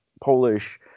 polish